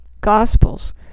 Gospels